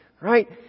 Right